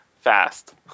fast